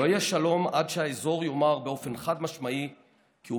לא יהיה שלום עד שהאזור יאמר באופן חד-משמעי כי הוא